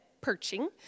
perching